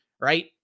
right